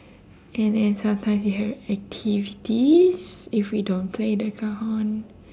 and then sometimes we have activities if we don't play the cajon